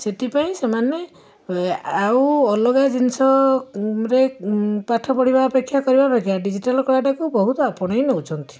ସେଥିପାଇଁ ସେମାନେ ଆଉ ଅଲଗା ଜିନିଷରେ ପାଠ ପଢ଼ିବା ଅପେକ୍ଷା କରିବା ଅପେକ୍ଷା ଡିଜିଟାଲ କଳାଟିକୁ ବହୁତ ଆପଣେଇ ନେଉଛନ୍ତି